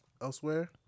elsewhere